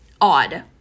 Odd